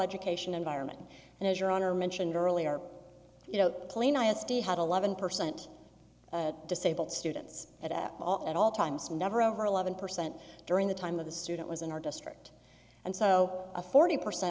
education environment and as your honor mentioned earlier you know plain iowa state had eleven percent disabled students at all at all times never over eleven percent during the time of the student was in our district and so a forty percent